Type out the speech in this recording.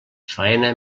faena